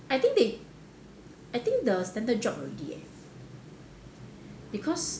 I think they I think the standard drop already leh because